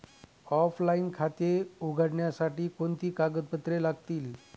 Offline खाते उघडण्यासाठी कोणती कागदपत्रे लागतील?